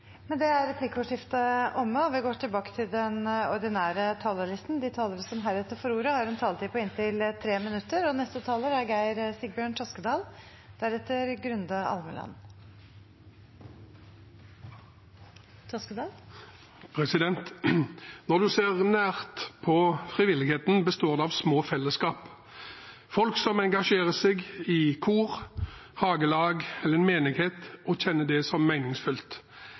er omme. De talere som heretter får ordet, har en taletid på inntil 3 minutter. Når man ser nært på frivilligheten, ser man at den består av små fellesskap, folk som engasjerer seg i kor, hagelag eller en menighet og kjenner det som